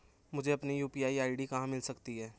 मुझे अपनी UPI ID कहां मिल सकती है?